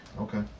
Okay